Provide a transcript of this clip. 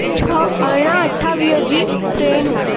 छह अरिड़हा अठावीह जी ट्रेन हुई